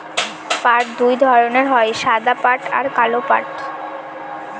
পাট দুই ধরনের হয় সাদা পাট আর কালো পাট